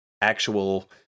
actual